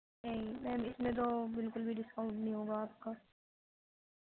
نہیں میم اِس میں تو بالکل بھی ڈسکاؤنٹ نہیں ہوگا آپ کا